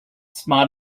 smart